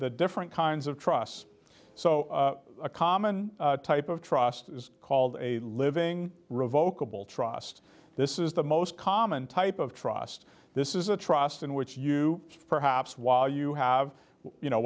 different kinds of trusts so a common type of trust is called a living revokable trust this is the most common type of trust this is a trust in which you perhaps while you have what you know